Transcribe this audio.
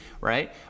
right